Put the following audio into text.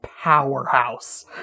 powerhouse